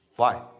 why?